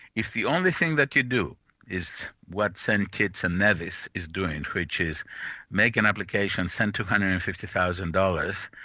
if the only thing that you do is what saint kitts and nevis is doing which is make an application, send two hundred and fifty thousand dollars,